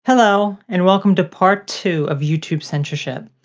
hello, and welcome to part two of youtube censorship.